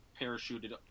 parachuted